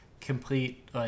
complete